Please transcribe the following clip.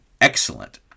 excellent